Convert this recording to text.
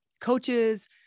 coaches